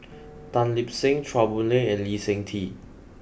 Tan Lip Seng Chua Boon Lay and Lee Seng Tee